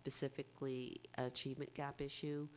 specifically achievement gap issue